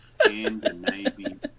Scandinavian